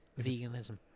veganism